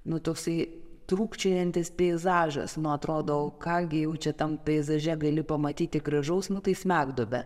nu toksai trūkčiojantis peizažas nu atrodo o ką gi jau čia tam peizaže gali pamatyti gražaus nu tai smegduobę